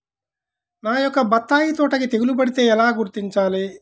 నా యొక్క బత్తాయి తోటకి తెగులు పడితే ఎలా గుర్తించాలి?